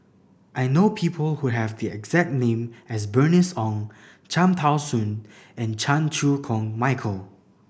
I know people who have the exact name as Bernice Ong Cham Tao Soon and Chan Chew Koon Michael